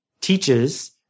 teaches